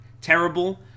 terrible